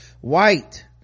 white